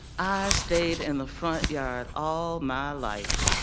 stayed in the front yard all my life.